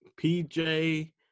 PJ